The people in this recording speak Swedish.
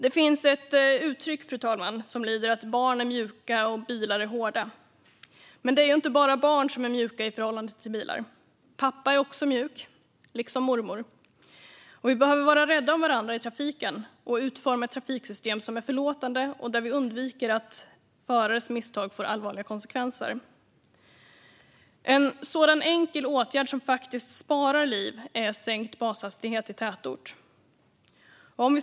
Det finns ett uttryck som lyder: Barn är mjuka, bilar är hårda. Men det är inte bara barn som är mjuka i förhållande till bilar; pappa är också mjuk liksom mormor. Vi behöver vara rädda om varandra i trafiken och utforma ett trafiksystem som är förlåtande och där vi undviker att förares misstag får allvarliga konsekvenser. En enkel åtgärd som faktiskt sparar liv är sänkt bashastighet i tätort.